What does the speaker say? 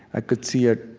i could see it